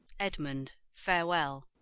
edmund, farewell.